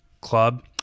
Club